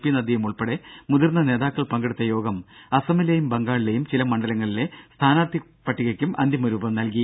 P നദ്ദയും ഉൾപ്പെടെ മുതിർന്ന നേതാക്കൾ പങ്കെടുത്ത യോഗം അസമിലെയും ബംഗാളിലെയും ചില മണ്ഡലങ്ങളിലെ സ്ഥാനാർത്ഥി പട്ടികയ്ക്കും അന്തിമരൂപം നൽകി